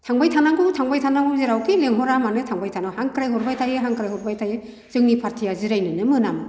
थांबाय थानांगौ थांबाय थानांगौ जेरावखि लेंहरा मानो थांबाय थानांगौ हांख्राइ हरबाय थायो हांख्राइ हरबाय थायो जोंनि फारथिया जिरायनोनो मोनामोन